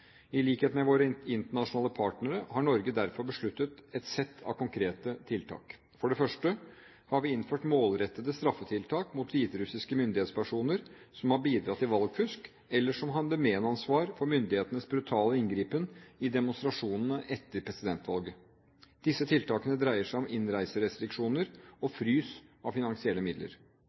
I likhet med våre internasjonale partnere har Norge derfor besluttet et sett av konkrete tiltak: For det første har vi innført målrettede straffetiltak mot hviterussiske myndighetspersoner som har bidratt til valgfusk, eller som hadde medansvar for myndighetenes brutale inngripen i demonstrasjonene etter presidentvalget. Disse tiltakene dreier seg om innreiserestriksjoner og frys av finansielle midler.